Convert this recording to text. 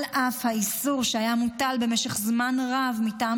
על אף האיסור שהיה מוטל במשך זמן רב מטעם